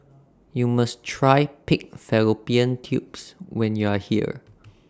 YOU must Try Pig Fallopian Tubes when YOU Are here